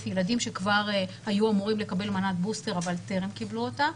ילדים שכבר היו אמורים לקבל מנת בוסטר אבל טרם קיבלו אותה,